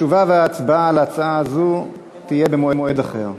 התשובה וההצבעה על ההצעה הזאת יהיו במועד אחר.